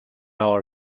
our